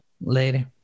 Later